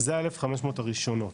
זה ה-1,500 הראשונות.